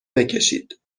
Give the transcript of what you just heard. بکشید